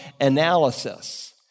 analysis